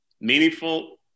meaningful